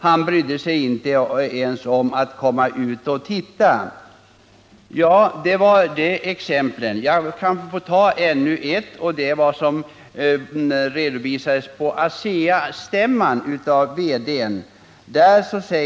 Han brydde sig inte ens om att komma ut och titta. Det var de exemplen. Jag kan ta ännu ett, nämligen vad som redovisades på ASEA-stämman av verkställande direktören.